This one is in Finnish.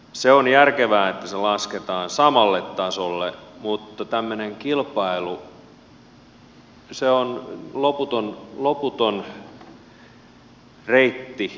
se on järkevää että se lasketaan samalle tasolle mutta tämmöinen kilpailu on loputon reitti